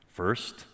First